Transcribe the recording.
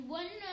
one